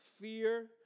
Fear